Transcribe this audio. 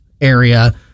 area